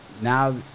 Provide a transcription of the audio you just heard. Now